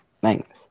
Thanks